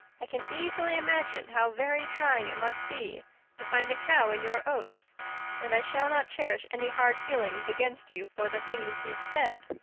i can easily imagine how very trying it must be to find a cow in your oats and i shall not cherish any hard feelings against you for the things you've said.